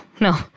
no